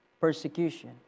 persecution